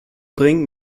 bringen